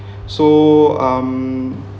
so um